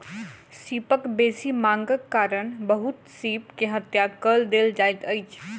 सीपक बेसी मांगक कारण बहुत सीप के हत्या कय देल जाइत अछि